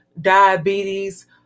diabetes